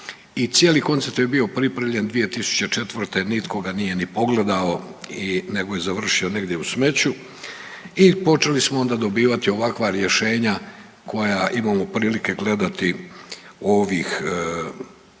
cijeli koncept je bio pripremljen 2004., nitko ga nije ni pogledao nego je završio negdje u smeću i počeli smo onda dobivati ovakva rješenja koja imamo prilike gledati ovih